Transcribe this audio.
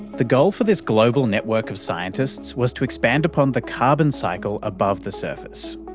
the goal for this global network of scientists was to expand upon the carbon cycle above the surface.